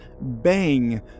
bang